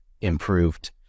improved